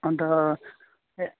अन्त ए